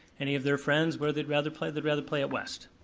any of their friends where they'd rather play, they'd rather play at west.